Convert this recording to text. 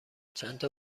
چندتا